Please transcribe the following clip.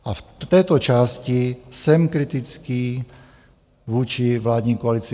A v této části jsem kritický vůči vládní koalici.